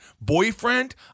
boyfriend